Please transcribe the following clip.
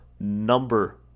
number